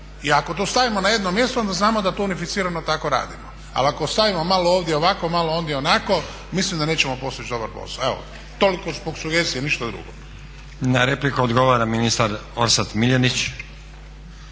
i ako to stavimo na jedno mjesto onda znamo da to unificirano tako radimo. Ali ako ostavimo malo ovdje ovako, malo ondje onako mislim da nećemo postići dobar posao. Evo, toliko kao sugestije, ništa drugo. **Stazić, Nenad (SDP)** Na repliku odgovara ministar Orsat Miljenić.